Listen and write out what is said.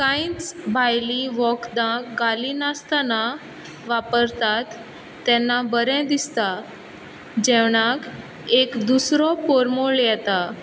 कांयच भायली वखदां घाली नासतना वापरतात तेन्ना बरें दिसता जेवणाक एक दुसरो परमळ येता